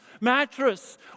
mattress